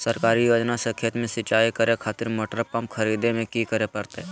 सरकारी योजना से खेत में सिंचाई करे खातिर मोटर पंप खरीदे में की करे परतय?